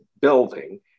building